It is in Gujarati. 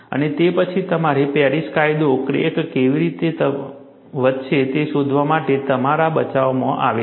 અને તે પછી તમારો પેરિસ કાયદો ક્રેક કેવી રીતે વધશે તે શોધવા માટે તમારા બચાવમાં આવે છે